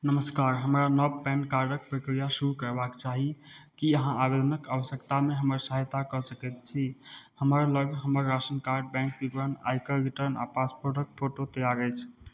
नमस्कार हमरा नव पैन कार्डके प्रक्रिया शुरू करबाक चाही कि अहाँ आवेदनके आवश्यकतामे हमर सहायता कऽ सकै छी हमरलग हमर राशन कार्ड बैँक विवरण आयकर रिटर्न आओर पासपोर्टके फोटो तैआर अछि